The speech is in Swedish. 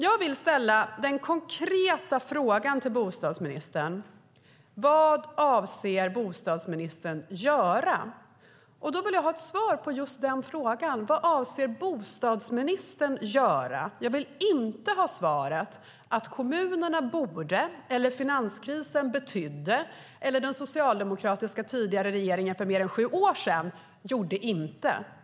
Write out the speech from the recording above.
Jag vill ställa den konkreta frågan till bostadsministern: Vad avser bostadsministern att göra? Då vill jag ha ett svar på just den frågan. Jag vill inte ha svaret att "kommunerna borde", "finanskrisen betydde" eller "den socialdemokratiska tidigare regeringen, för mer än sju år sedan, gjorde inte".